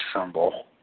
symbol